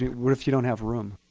me, what if you don't have room?